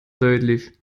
deutlich